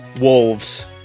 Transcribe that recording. wolves